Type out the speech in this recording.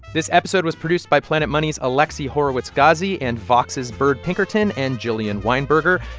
this episode was produced by planet money's alexi horowitz-ghazi and vox's byrd pinkerton and jillian weinberger.